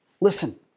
Listen